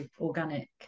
organic